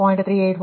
3846 ಇದು 0